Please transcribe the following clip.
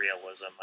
realism